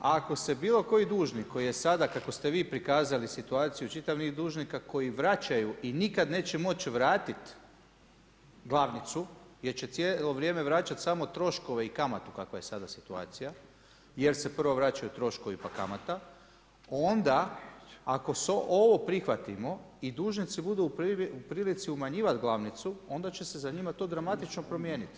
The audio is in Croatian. Ako se bilokoji dužnik koji je sada, kako ste vi prikazali situaciju, čitav niz dužnika koji vraćaju i nikad neće moći vratiti glavnicu jer će cijelo vrijeme vraćati troškove i kamatu kakva je sada situacija jer se prvo vraćaju troškovi pa kamata, pa onda ako ovo prihvatimo, i dužnici budu u prilici umanjivati glavnicu, onda će se za njih dramatično to promijeniti.